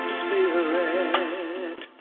spirit